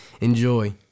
enjoy